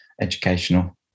educational